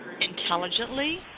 intelligently